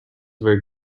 were